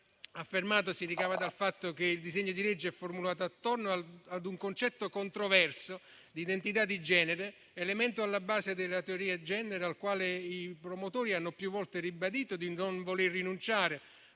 si ricava dal fatto che il disegno di legge è formulato attorno a un concetto controverso di identità di genere, elemento alla base della teoria *gender*, al quale i promotori hanno più volte ribadito di non voler rinunciare,